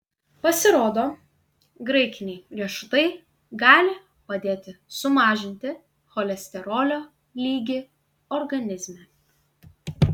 pasirodo graikiniai riešutai gali padėti sumažinti cholesterolio lygį organizme